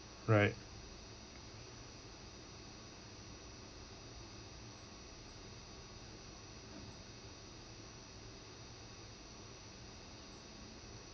right